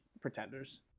pretenders